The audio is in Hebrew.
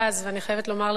ואני חייבת לומר לך,